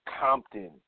Compton